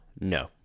No